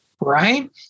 right